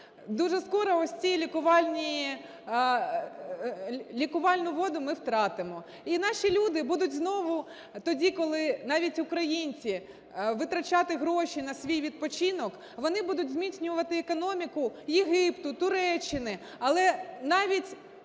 дуже скоро ось ці лікувальні… лікувальну воду ми втратимо, і наші люди будуть знову тоді, коли навіть українці витрачати гроші на свій відпочинок, вони будуть зміцнювати економіку Єгипту, Туреччини, але навіть